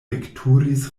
veturis